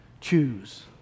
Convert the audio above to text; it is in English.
choose